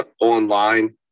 online